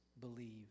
believe